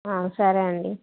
సరే అండి